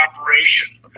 operation